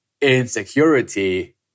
insecurity